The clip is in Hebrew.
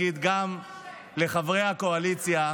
בהצלחה, אורנה.